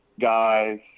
guys